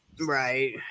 Right